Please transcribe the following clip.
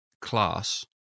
class